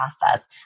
process